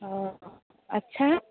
ओ अच्छा